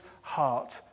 heart